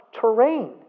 terrain